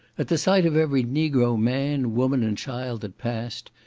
at the sight of every negro man, woman, and child that passed,